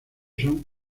son